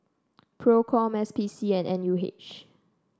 Procom S P C and N U H